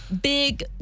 big